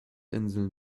inseln